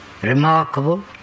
remarkable